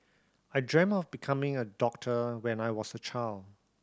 I dreamt of becoming a doctor when I was a child